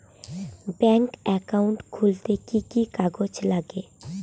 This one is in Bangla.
ব্যাঙ্ক একাউন্ট খুলতে কি কি কাগজ লাগে?